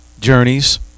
journeys